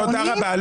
תודה רבה.